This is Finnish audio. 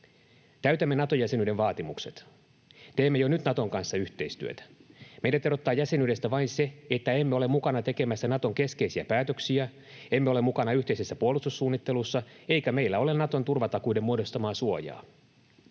Täytämme Nato-jäsenyyden vaatimukset. Teemme jo nyt Naton kanssa yhteistyötä. Meidät erottaa jäsenyydestä vain se, että emme ole mukana tekemässä Naton keskeisiä päätöksiä, emme ole mukana yhteisessä puolustussuunnittelussa eikä meillä ole Naton turvatakuiden muodostamaa suojaa.